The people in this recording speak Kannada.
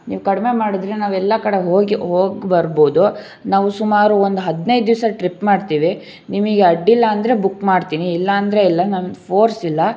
ನೀವು ಕಡಿಮೆ ಮಾಡಿದರೆ ನಾವು ಎಲ್ಲಾ ಕಡೆ ಹೋಗಿ ಹೋಗಿ ಬರ್ಬೋದು ನಾವು ಸುಮಾರು ಒಂದು ಹದಿನೈದು ದಿವಸ ಟ್ರಿಪ್ ಮಾಡ್ತಿವಿ ನಿಮಗೆ ಅಡ್ಡಿಯಿಲ್ಲ ಅಂದರೆ ಬುಕ್ ಮಾಡ್ತಿನಿ ಇಲ್ಲಾಂದರೆ ಇಲ್ಲ ನಮ್ದು ಫೋರ್ಸಿಲ್ಲ